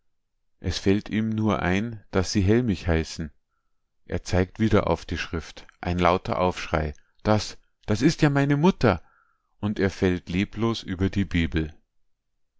es fällt ihm nur ein daß sie hellmich heißen er zeigt wieder auf die schrift ein lauter aufschrei das das ist ja meine mutter und er fällt leblos über die bibel